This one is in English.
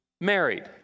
married